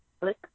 Click